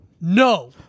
no